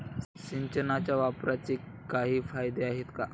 सिंचनाच्या वापराचे काही फायदे आहेत का?